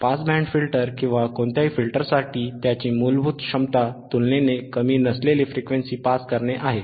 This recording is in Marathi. पास बँड फिल्टर किंवा कोणत्याही फिल्टरसाठी त्याची मूलभूत क्षमता तुलनेने कमी नसलेली फ्रिक्वेन्सी पास करणे आहे